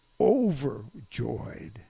overjoyed